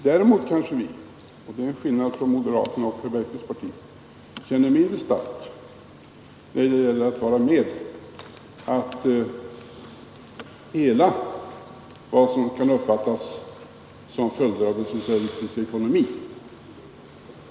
Däremot kanske vi — här ligger en skillnad mellan moderaterna och herr Bergqvists parti — känner mindre starkt när det gäller att vara med och hela vad som kan uppfattas vara följder av en socialistisk ekonomi.